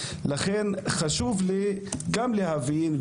לכן חשוב לי גם להבין.